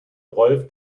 rolf